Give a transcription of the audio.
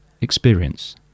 experience